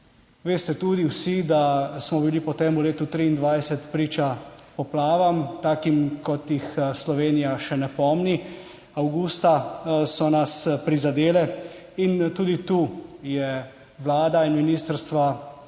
Veste tudi vsi, da smo bili potem v letu 2023 priča poplavam, takim, kot jih Slovenija še ne pomni, avgusta so nas prizadele, in tudi tu je vlada in ministrstva